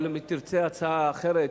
אבל אם תרצה הצעה אחרת,